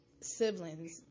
siblings